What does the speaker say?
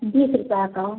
बीस रुपया का